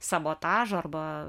sabotažo arba